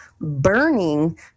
Burning